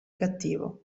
cattivo